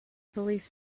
police